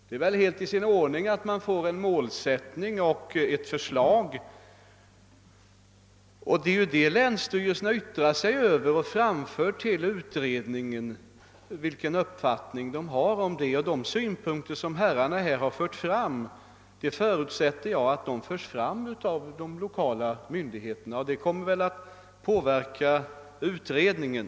Det är väl helt i sin ordning att de får del av en målsättning och ett förslag som de sedan får säga sin mening om. De synpunkter som herrarna har fört fram förutsätter jag blir framförda av de lokala myndigheterna, och jag utgår också ifrån att detta kommer att påverka utredningen.